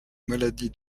maladie